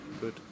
good